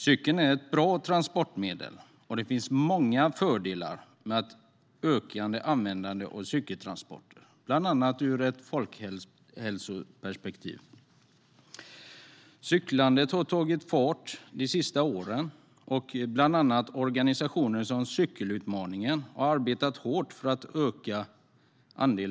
Cykeln är ett bra transportmedel, och det finns många fördelar med ett ökat användande av cykeltransporter, bland annat ur ett folkhälsoperspektiv. Cyklandet har tagit fart de senaste åren. Bland annat genom Cykelutmaningen har man arbetat hårt för att öka cyklandet.